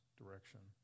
direction